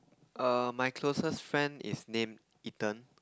err my closest friend is named Ethan